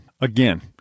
Again